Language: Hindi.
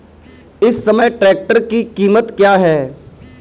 इस समय ट्रैक्टर की कीमत क्या है?